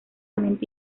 mente